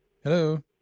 Hello